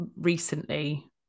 recently